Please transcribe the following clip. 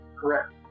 correct